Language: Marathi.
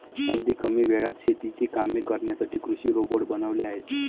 अगदी कमी वेळात शेतीची कामे करण्यासाठी कृषी रोबोट बनवले आहेत